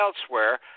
elsewhere